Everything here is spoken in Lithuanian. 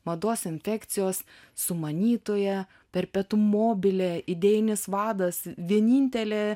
mados infekcijos sumanytoja perpetum mobile idėjinis vadas vienintelė